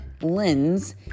lens